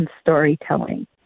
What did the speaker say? storytelling